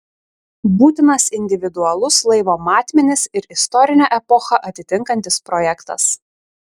būtinas individualus laivo matmenis ir istorinę epochą atitinkantis projektas